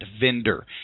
vendor